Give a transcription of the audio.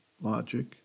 logic